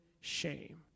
shame